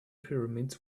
pyramids